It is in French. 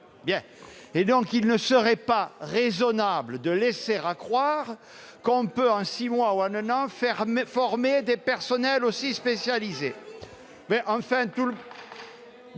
! Il ne serait pas raisonnable de laisser accroire que l'on peut, en six mois ou un an, former des personnels aussi spécialisés.